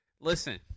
Listen